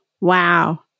Wow